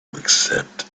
accept